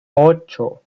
ocho